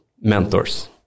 mentors